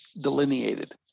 delineated